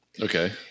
Okay